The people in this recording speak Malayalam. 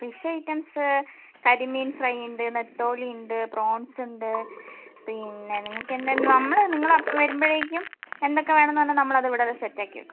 ഫിഷ് ഐറ്റംസ് കരിമീൻ ഫ്രൈ ഉണ്ട് നെത്തോലി ഉണ്ട് പ്രോൺസ് ഉണ്ട് പിന്നെ നിങ്ങൾക്ക് എന്താണ് നമ്മൾ നിങ്ങൾ വരുമ്പോഴേക്കും എന്തൊക്കെ വേണം എന്ന് പറഞ്ഞാൽ നമ്മൾ അതിവിടെ സെറ്റ് ആക്കിവെക്കും